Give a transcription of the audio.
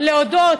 להודות